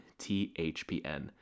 THPN